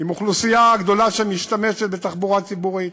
עם אוכלוסייה גדולה שמשתמשת בתחבורה ציבורית,